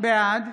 בעד